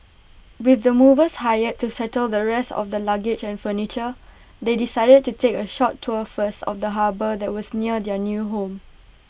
with the movers hired to settle the rest of their luggage and furniture they decided to take A short tour first of the harbour that was near their new home